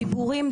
דיבורים,